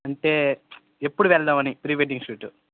అంటే ఎప్పుడు పెడదామని ప్రీవెడ్డింగ్ షూటు